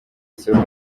isoko